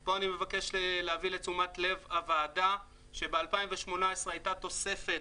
פה אני מבקש להביא לתשומת לב הוועדה שב-2018 היתה תוספת,